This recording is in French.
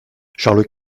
charles